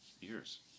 years